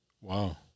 Wow